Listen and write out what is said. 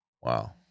Wow